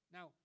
Now